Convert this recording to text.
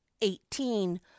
eighteen